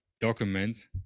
document